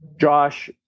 Josh